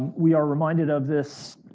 we are reminded of this,